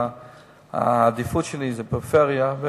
העדיפות שלי היא הפריפריה,